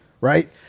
right